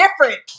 different